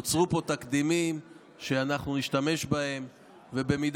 נוצרו פה תקדימים שאנחנו נשתמש בהם,